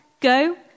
go